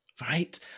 Right